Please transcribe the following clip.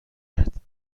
کرد